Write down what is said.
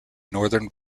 northern